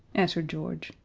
answered george,